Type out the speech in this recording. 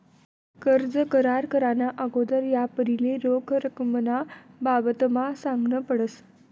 कर्ज करार कराना आगोदर यापारीले रोख रकमना बाबतमा सांगनं पडस